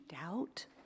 doubt